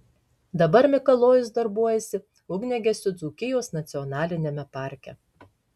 dabar mikalojus darbuojasi ugniagesiu dzūkijos nacionaliniame parke